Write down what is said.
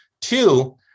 Two